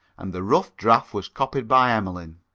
and the rough draft was copied by emmeline.